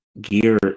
gear